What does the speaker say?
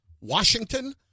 Washington